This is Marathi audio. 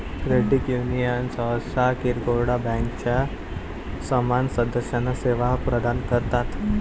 क्रेडिट युनियन सहसा किरकोळ बँकांच्या समान सदस्यांना सेवा प्रदान करतात